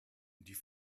die